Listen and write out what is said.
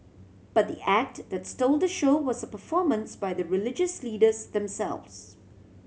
but the act that stole the show was a performance by the religious leaders themselves